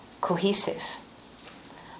cohesive